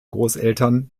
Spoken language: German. großeltern